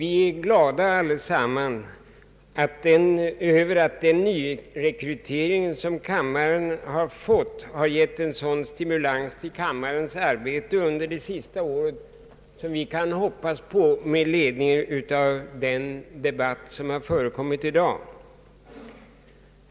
Vi är allesamman glada över att den nyrekrytering som kammaren fått har givit en sådan stimulans till kammarens arbete under det sista året som vi kan hoppas på med ledning av den debatt som har förekommit i dag.